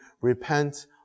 repent